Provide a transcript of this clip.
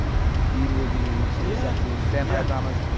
b movie, sort of sexy vampire dramas.